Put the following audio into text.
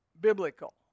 biblical